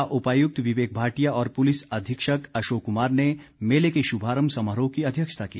जिला उपायुक्त विवेक भाटिया और पुलिस अधीक्षक अशोक कुमार ने मेले के शुभारम्भ समारोह की अध्यक्षता की